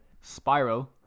Spiral